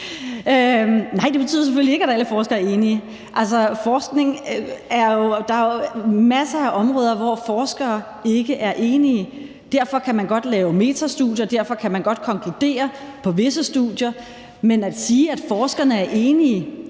Nej, det betyder selvfølgelig ikke, at alle forskere er enige. Altså, der er jo masser af områder, hvor forskere ikke er enige. Derfor kan man godt lave metastudier, derfor kan man godt konkludere på visse studier, men at sige, at forskerne er enige,